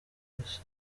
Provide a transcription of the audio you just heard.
ikosa